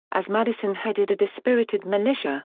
as madison headed a dispirited militia.